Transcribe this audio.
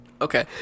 Okay